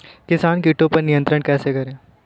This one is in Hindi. किसान कीटो पर नियंत्रण कैसे करें?